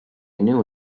new